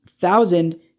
thousand